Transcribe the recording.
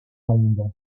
l’ombre